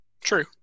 True